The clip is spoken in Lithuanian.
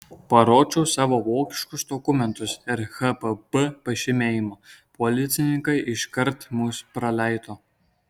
parodžiau savo vokiškus dokumentus ir hpb pažymėjimą policininkai iškart mus praleido